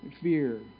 fear